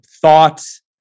thoughts